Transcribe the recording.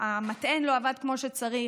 המטען לא עבד כמו שצריך,